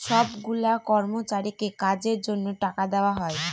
সব গুলা কর্মচারীকে কাজের জন্য টাকা দেওয়া হয়